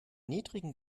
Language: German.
niedrigen